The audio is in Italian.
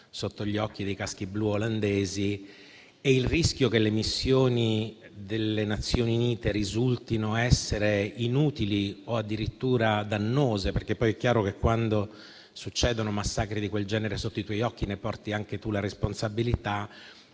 sotto gli occhi dei caschi blu olandesi. Il rischio che le missioni delle Nazioni Unite risultino inutili o addirittura dannose (perché è chiaro che quando accadono massacri di quel genere sotto i tuoi occhi, ne porti anche tu la responsabilità)